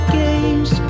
games